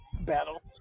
Battle